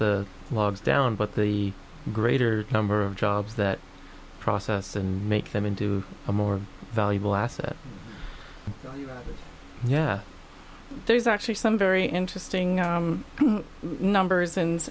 the logs down but the greater number of jobs that process and make them into a more valuable asset yeah there's actually some very interesting numbers and